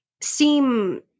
seem